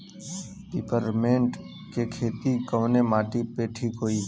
Peppermint के खेती कवने माटी पे ठीक होई?